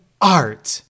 art